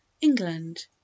england